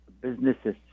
businesses